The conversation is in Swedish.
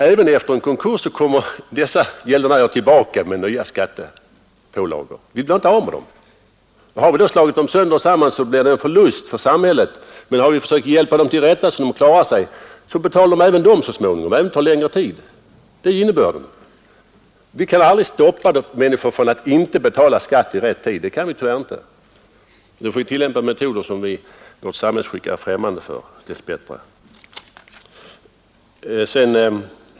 Även efter en konkurs kommer gäldenärerna tillbaka med nya skattepålagor. Vi blir inte av med dem. Har vi då slagit gäldenärerna sönder och samman, blir det en förlust för samhället, men har vi försökt hjälpa dem till rätta så att de klarar sig, betalar de även dessa pålagor så småningom, även om det tar litet längre tid. Vi kan aldrig hindra människor från att underlåta att betala skatt i rätt tid. Då fick vi använda metoder, som vårt samhällsskick dess bättre är främmande för.